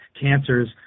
cancers